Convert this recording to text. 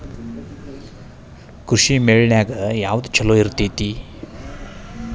ಕೃಷಿಮೇಳ ನ್ಯಾಗ ಯಾವ್ದ ಛಲೋ ಇರ್ತೆತಿ?